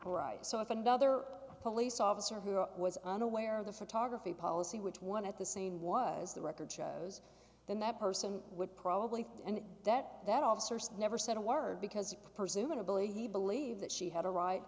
right so if another police officer who was unaware of the photography policy which one at the scene was the record shows then that person would probably and that that officers never said a word because presumably he believed that she had a right